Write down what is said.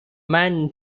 man